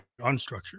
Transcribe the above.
unstructured